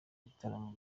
ibitaramo